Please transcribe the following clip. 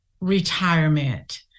retirement